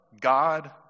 God